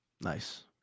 Nice